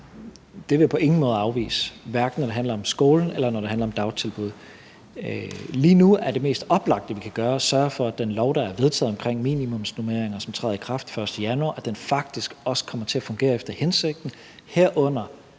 Det vil jeg på ingen måde afvise, hverken når det handler om skolen, eller når det handler om dagtilbud. Lige nu er det mest oplagte, vi kan gøre, at sørge for, at den lov, der er vedtaget omkring minimumsnormeringer, som træder i kraft den 1. januar, faktisk også kommer til at fungere efter hensigten, herunder